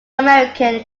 american